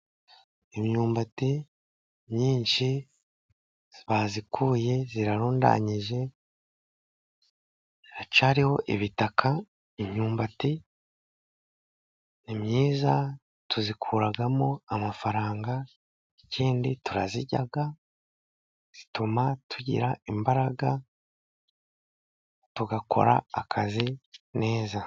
Imyumbati myinshi bayikuye irarundanyije haracyariho ibitaka. Imyumbati ni myiza tuyikuragamo amafaranga, ikindi turazirya ituma tugira imbaraga tugakora akazi neza.